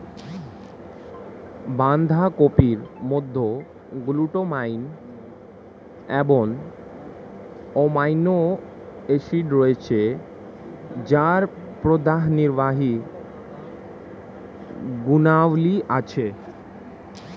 বাঁধাকপির মধ্যে গ্লুটামাইন এবং অ্যামাইনো অ্যাসিড রয়েছে যার প্রদাহনির্বাহী গুণাবলী আছে